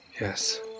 Yes